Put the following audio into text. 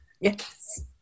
yes